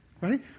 Right